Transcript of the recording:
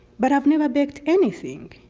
but i've never baked anything,